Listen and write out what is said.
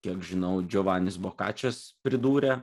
kiek žinau džiovanis bokačis pridūrė